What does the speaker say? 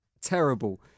terrible